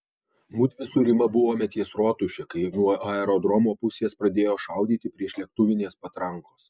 mudvi su rima buvome ties rotuše kai nuo aerodromo pusės pradėjo šaudyti priešlėktuvinės patrankos